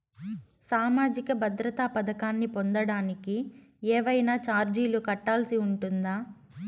సామాజిక భద్రత పథకాన్ని పొందడానికి ఏవైనా చార్జీలు కట్టాల్సి ఉంటుందా?